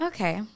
Okay